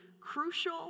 crucial